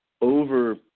over